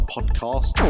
Podcast